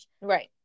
Right